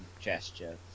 gesture